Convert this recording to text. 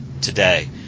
today